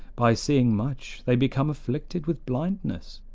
by seeing much they become afflicted with blindness.